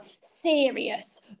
serious